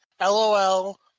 LOL